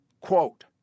Quote